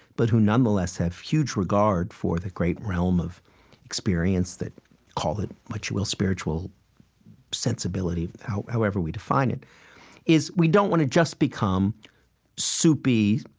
but who nonetheless have huge regard for the great realm of experience that call it what you will, spiritual sensibility however we define it is, we don't want to just become soupy,